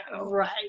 right